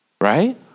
Right